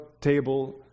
table